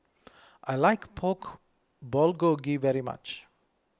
I like Pork Bulgogi very much